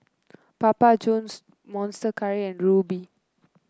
Papa Johns Monster Curry and Rubi